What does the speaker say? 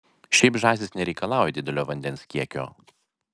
šiaip žąsys nereikalauja didelio vandens kiekio